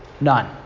None